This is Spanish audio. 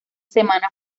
semana